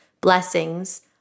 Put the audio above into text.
Blessings